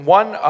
one